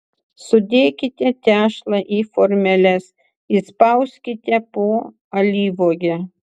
sudėkite tešlą į formeles įspauskite po alyvuogę